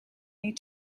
need